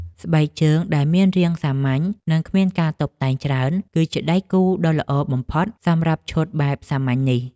ស្បែកជើងដែលមានរាងសាមញ្ញ និងគ្មានការតុបតែងច្រើន គឺជាដៃគូដ៏ល្អបំផុតសម្រាប់ឈុតបែបសាមញ្ញនេះ។